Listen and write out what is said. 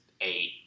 eight